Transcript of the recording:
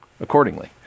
accordingly